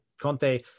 conte